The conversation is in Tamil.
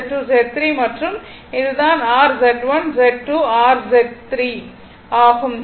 மற்றும் இது தான் r Z1 r Z2 r Z3 ஆகும்